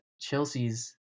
Chelsea's